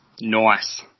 Nice